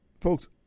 folks